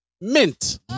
Mint